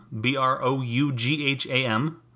b-r-o-u-g-h-a-m